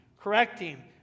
correcting